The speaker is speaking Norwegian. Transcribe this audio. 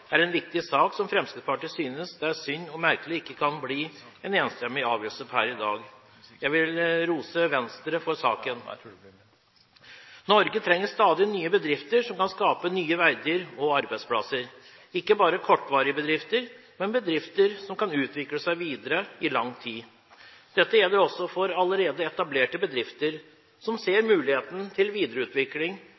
er en viktig sak som Fremskrittspartiet synes det er synd og merkelig det ikke kan bli en enstemmig avgjørelse på per i dag. Jeg vil rose Venstre for saken. Norge trenger stadig nye bedrifter som kan skape nye verdier og arbeidsplasser – ikke bare kortvarige bedrifter, men bedrifter som kan utvikle seg videre i lang tid. Dette gjelder også for allerede etablerte bedrifter, som ser